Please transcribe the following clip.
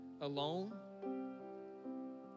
alone